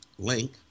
link